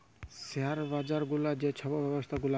share বাজার গুলার যে ছব ব্যবছা গুলা হ্যয়